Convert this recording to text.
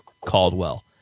Caldwell